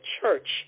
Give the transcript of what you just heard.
church